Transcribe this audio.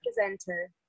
presenter